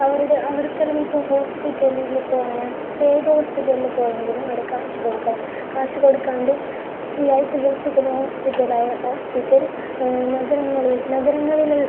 അവരുടെ അവർക്കെല്ലാം ഇപ്പോൾ ഹോസ്പിറ്റലിൽ പോവാൻ ഇപ്പോൾ ഏത് ഹോസ്പിറ്റലിൽ പോയെങ്കിലും അവിടെ കാശ് കൊടുക്കണം കാശു കൊടുക്കാണ്ട് ഫ്രീ ആയി ചികിത്സിക്കുന്ന ഹോസ്പിറ്റലായ ഹോസ്പിറ്റൽ നഗരങ്ങളിൽ നഗരങ്ങളിൽ